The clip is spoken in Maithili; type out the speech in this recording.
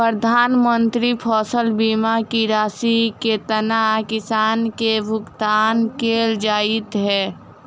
प्रधानमंत्री फसल बीमा की राशि केतना किसान केँ भुगतान केल जाइत है?